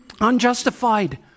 unjustified